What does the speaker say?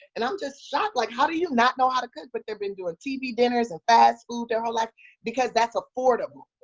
and i'm just shocked like, how do you not know how to cook? but they've been doing tv dinners and fast food their whole life because that's affordable.